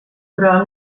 però